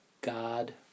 God